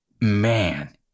man